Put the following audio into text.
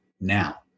Now